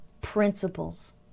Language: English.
principles